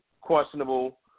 questionable